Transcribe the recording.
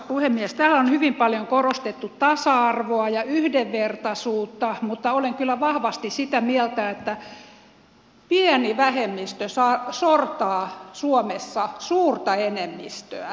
täällä on hyvin paljon korostettu tasa arvoa ja yhdenvertaisuutta mutta olen kyllä vahvasti sitä mieltä että pieni vähemmistö saa sortaa suomessa suurta enemmistöä